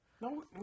No